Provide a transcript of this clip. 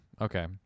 okay